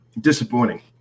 disappointing